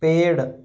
पेड़